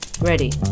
ready